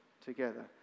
together